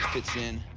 fits in